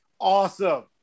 awesome